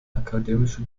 akademische